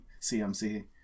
CMC